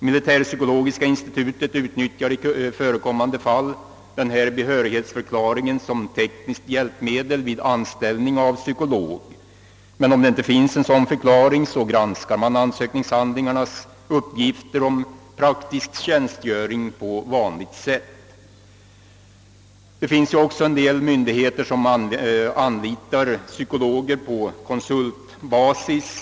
Militärpsykologiska institutet utnyttjar i förekommande fall behörighetsförklaringen som tekniskt hjälpmedel vid anställning av psykolog, men om det inte finns någon sådan behörighetsförklaring, granskas på vanligt sätt ansökningshandlingarnas uppgifter om praktisk tjänstgöring. En del myndigheter anlitar också psykologer på konsultbasis.